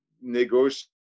negotiate